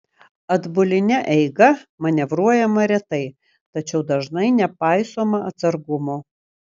atbuline eiga manevruojama retai tačiau dažnai nepaisoma atsargumo